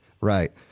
Right